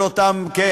כל אותם, אז.